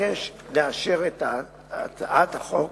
אבקש לאשר את הצעת החוק,